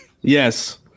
Yes